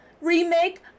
remake